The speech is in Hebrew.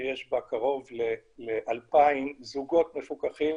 שיש בה קרוב ל-2,000 זוגות מפוקחים